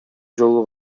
жолу